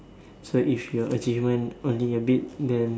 so if your achievement only a bit then